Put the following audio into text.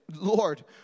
Lord